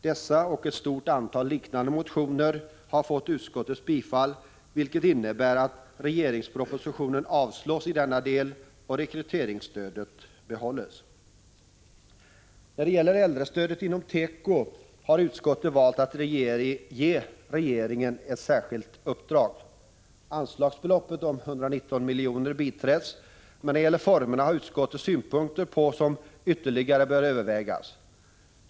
Dessa och ett stort antal liknande motioner har tillstyrkts av utskottet, vilket innebär att regeringspropositionen avslås i denna del och rekryteringsstödet behålls. När det gäller äldrestödet inom teko har utskottet valt att föreslå att riksdagen skall ge regeringen ett särskilt uppdrag. Anslagsbeloppet om 119 milj.kr. biträds, men när det gäller formerna har utskottet synpunkter som ytterligare bör övervägas.